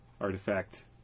Artifact